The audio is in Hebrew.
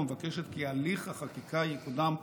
ומבקשת כי הליך החקיקה יקודם במהירות,